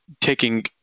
taking